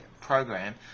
program